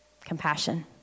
Compassion